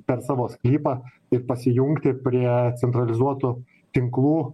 per savo sklypą ir pasijungti prie centralizuotų tinklų